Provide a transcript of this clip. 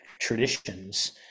traditions